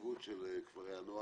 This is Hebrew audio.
החשיבות של כפרי הנוער,